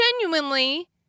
genuinely